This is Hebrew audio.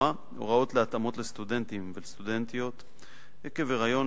הוראות להתאמות לסטודנטים ולסטודנטיות עקב היריון,